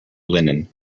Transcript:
linen